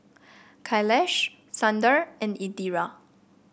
Kailash Sundar and Indira